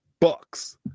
Bucks